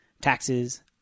taxes